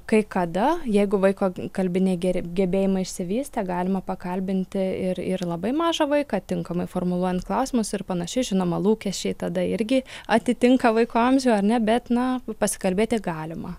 kai kada jeigu vaiko kalbiniai ger gebėjimai išsivystę galima pakalbinti ir ir labai mažą vaiką tinkamai formuluojant klausimus ir panašiai žinoma lūkesčiai tada irgi atitinka vaiko amžių ar ne bet na pasikalbėti galima